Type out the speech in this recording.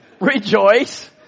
rejoice